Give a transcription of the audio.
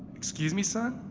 excuse me son,